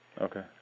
Okay